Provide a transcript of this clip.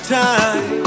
time